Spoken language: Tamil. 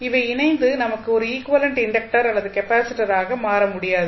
இவை இணைந்து நமக்கு ஒரு ஈக்விவலெண்ட் இண்டக்டர் அல்லது கெப்பாசிட்டராக மாற முடியாது